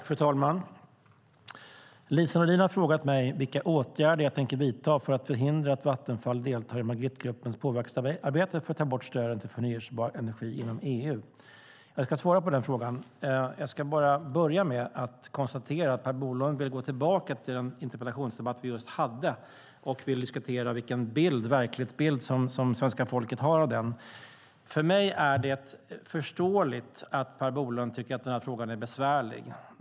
Fru talman! Lise Nordin har frågat mig vilka åtgärder jag tänker vidta för att förhindra att Vattenfall deltar i Magrittegruppens påverkansarbete för att ta bort stöden till förnybar energi inom EU. Jag ska svara på den frågan, men jag ska börja med att konstatera att Per Bolund vill gå tillbaka till den interpellationsdebatt vi just hade och diskutera vilken bild svenska folket har av verkligheten. För mig är det förståeligt att Per Bolund tycker att denna fråga är besvärlig.